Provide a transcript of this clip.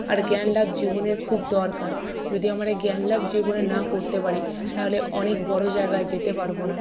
আর জ্ঞানলাভ জীবনের খুব দরকার যদি আমরা জ্ঞানলাভ জীবনে না করতে পারি তাহলে অনেক বড়ো জায়গায় যেতে পারবো না